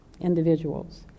individuals